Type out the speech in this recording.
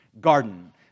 garden